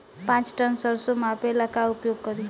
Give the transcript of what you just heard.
पाँच टन सरसो मापे ला का उपयोग करी?